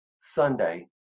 Sunday